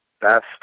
best